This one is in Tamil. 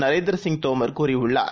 நரேந்திரசிங்தோமர் கூறியுள்ளார்